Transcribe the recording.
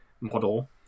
model